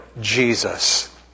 Jesus